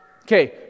Okay